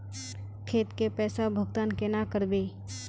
खेत के पैसा भुगतान केना करबे?